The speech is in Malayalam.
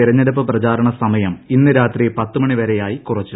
തിരഞ്ഞെടുപ്പ് പ്രചാരണസമയം ഇന്ന് രാത്രി പത്തു മണി വരെയായി കുറച്ചു